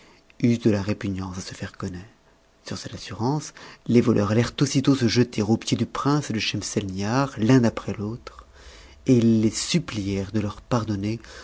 de la répugnance à se faire connaître sur cette assurance les voleurs allèrent aussitôt se jeter aux pieds du prince et de schemselnihar l'un après l'autre et ils les supplièrent de leur pardonner